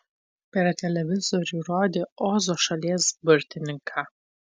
per televizorių rodė ozo šalies burtininką